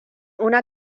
una